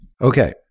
Okay